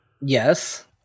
Yes